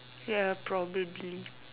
ya probably